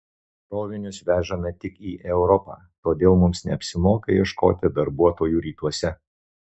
krovinius vežame tik į europą todėl mums neapsimoka ieškoti darbuotojų rytuose